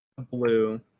Blue